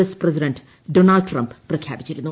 S president Donald Trump പ്രഖ്യാപിച്ചിരുന്നു